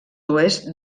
oest